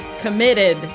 committed